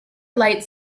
light